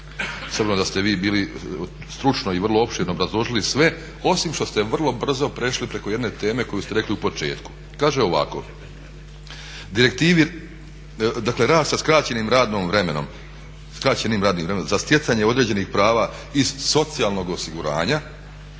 obzirom da ste vi bili stručno i vrlo opširno obrazložili sve osim što ste vrlo brzo prešli preko jedne teme koju ste rekli u početku. Kaže ovako, dakle: "Rad sa skraćenim radnim vremenom za stjecanje određenih prava iz socijalnog osiguranja…",